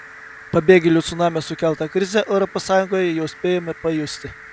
pabėgėlių cunamio sukeltą krizę europos sąjungoje jau spėjome pajusti